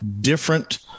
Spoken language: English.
different